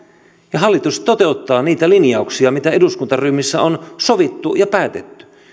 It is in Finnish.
ja hallitus toteuttaa niitä linjauksia mitä eduskuntaryhmissä on sovittu ja päätetty